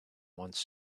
wants